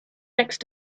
next